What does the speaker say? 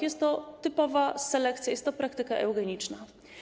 Jest to typowa selekcja, jest to praktyka eugeniczna.